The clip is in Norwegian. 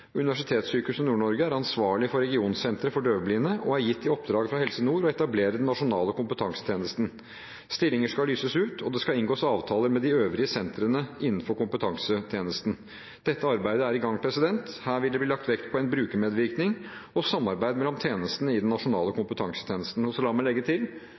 Universitetssykehuset Nord-Norge er ansvarlig for Regionsentret for døvblinde og er gitt i oppdrag fra Helse Nord å etablere den nasjonale kompetansetjenesten. Stillinger skal lyses ut, og det skal inngås avtaler med de øvrige sentrene innenfor kompetansetjenesten. Dette arbeidet er i gang. Her vil det bli lagt vekt på brukermedvirkning og samarbeid mellom tjenestene i den nasjonale kompetansetjenesten. La meg legge til